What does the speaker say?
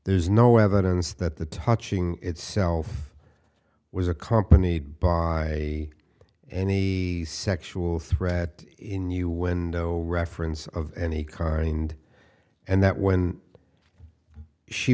there's no evidence that the touching itself was accompanied by any sexual threat in new window reference of any kind and that when she